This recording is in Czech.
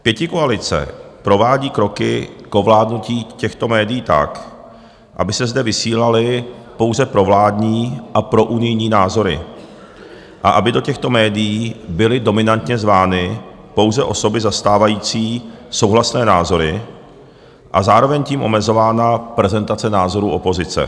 Pětikoalice provádí kroky k ovládnutí těchto médií tak, aby se zde vysílaly pouze provládní a prounijní názory a aby do těchto médií byly dominantně zvány pouze osoby zastávající souhlasné názory a zároveň tím byla omezována prezentace názorů opozice.